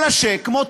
אלא שכמו תמיד,